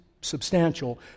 substantial